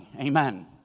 amen